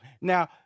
Now